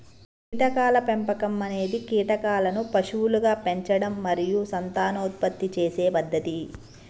కీటకాల పెంపకం అనేది కీటకాలను పశువులుగా పెంచడం మరియు సంతానోత్పత్తి చేసే పద్ధతి